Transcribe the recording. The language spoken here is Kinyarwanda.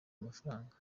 amafaranga